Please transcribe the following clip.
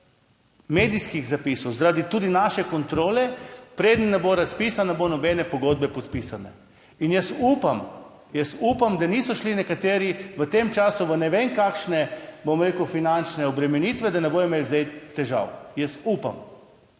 medijskih zapisov, tudi zaradi naše kontrole, da dokler ne bo razpisa, ne bo nobene pogodbe podpisane. Upam, upam, da niso šli nekateri v tem času v ne vem kakšne, bom rekel, finančne obremenitve, da ne bodo imeli zdaj težav. Upam.